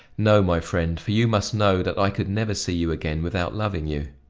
no, my friend, for you must know that i could never see you again without loving you.